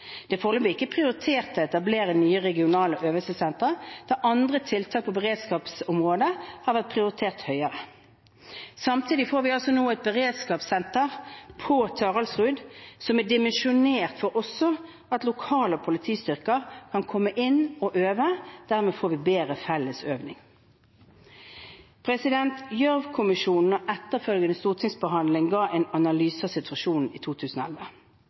Det er foreløpig ikke prioritert å etablere nye regionale øvelsessentre, da andre tiltak på beredskapsområdet har vært prioritert høyere. Samtidig får vi altså nå et beredskapssenter på Taraldrud som er dimensjonert for at også lokale politistyrker kan komme inn og øve. Dermed får vi bedre felles øving. Gjørv-kommisjonen og etterfølgende stortingsbehandling ga en analyse av situasjonen i 2011.